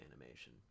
animation